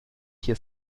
hier